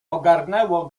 ogarnęło